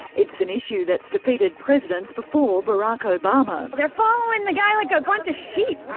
it's an issue that's defeated presidents before barack obama. they're following the guy like a bunch of sheep.